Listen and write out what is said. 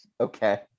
Okay